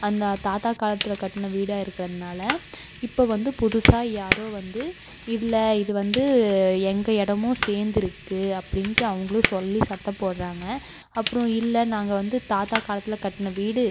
அந்த தாத்தா காலத்தில் கட்டின வீடாக இருக்கிறதுனால இப்போ வந்து புதுசாக யாரோ வந்து இல்லை இது வந்து எங்கள் இடமும் சேர்ந்துருக்கு அப்படின்ட்டு அவங்களும் சொல்லி சத்தம் போடுறாங்க அப்புறம் இல்லை நாங்கள் வந்து தாத்தா காலத்தில் கட்டின வீடு